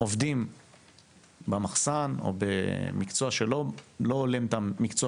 עובדים במחסן או במקצוע שלא הולם את המקצוע